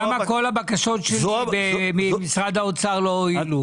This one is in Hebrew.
למה כל הבקשות שלי במשרד האוצר לא הועילו?